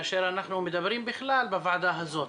כאשר אנחנו מדברים בוועדה הזאת,